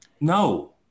no